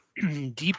Deep